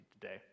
today